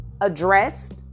addressed